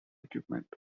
equipment